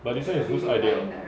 but this [one] is whose idea